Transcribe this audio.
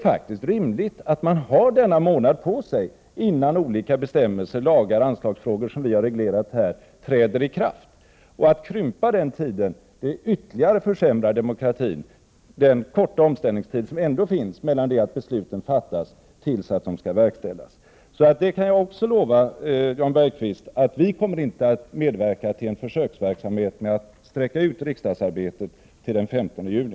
Därför är det rimligt med denna månad innan olika bestämmelser, lagar och anslagsfrågor som vi har reglerat i riksdagen träder i kraft. Men om denna tid krymps försämras demokratin ytterligare. Omställningstiden från det att beslut fattas tills de skall verkställas är ändå kort. Jag kan därför lova Jan Bergqvist att vi moderater inte kommer att medverka till en försöksverksamhet som innebär att riksmötet förlängs till den 15 juni.